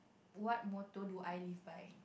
what motto do I live by